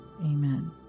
Amen